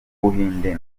buhinde